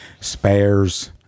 spares